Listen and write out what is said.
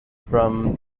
from